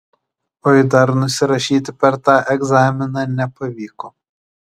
o jei dar nusirašyti per tą egzaminą nepavyko